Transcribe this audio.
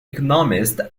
economist